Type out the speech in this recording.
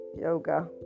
yoga